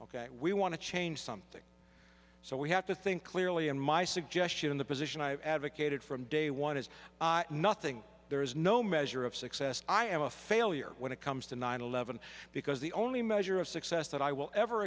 ok we want to change something so we have to think clearly and my suggestion in the position i've advocated from day one is nothing there is no measure of success i am a failure when it comes to nine eleven because the only measure of success that i will ever